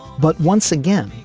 but once again,